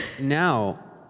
now